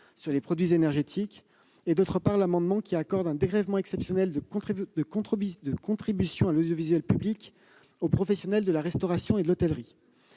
sur les produits énergétiques et, d'autre part, à l'amendement ayant pour objet d'accorder un dégrèvement exceptionnel de contribution à l'audiovisuel public aux professionnels de la restauration et de l'hôtellerie.